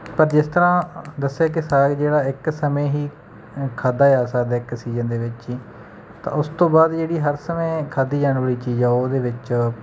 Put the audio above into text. ਪਰ ਜਿਸ ਤਰ੍ਹਾਂ ਦੱਸਿਆ ਕਿ ਸਾਗ ਜਿਹੜਾ ਇੱਕ ਸਮੇਂ ਹੀ ਖਾਧਾ ਜਾ ਸਕਦਾ ਇੱਕ ਸੀਜ਼ਨ ਦੇ ਵਿੱਚ ਹੀ ਤਾਂ ਉਸ ਤੋਂ ਬਾਅਦ ਜਿਹੜੀ ਹਰ ਸਮੇਂ ਖਾਧੀ ਜਾਣ ਵਾਲੀ ਚੀਜ਼ ਹੈ ਉਹਦੇ ਵਿੱਚ